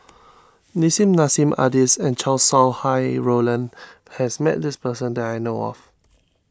Nissim Nassim Adis and Chow Sau Hai Roland has met this person that I know of